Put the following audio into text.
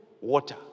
Water